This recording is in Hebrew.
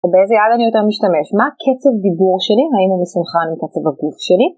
ובאיזה יד אני יותר משתמש? מה קצב דיבור שלי? האם הוא מסוכן בקצב הגוף שלי?